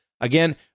again-